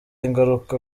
ingaruka